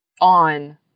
on